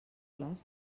les